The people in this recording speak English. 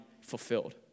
fulfilled